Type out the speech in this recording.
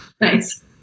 Nice